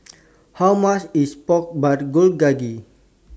How much IS Pork Bulgogi